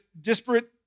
disparate